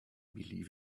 believe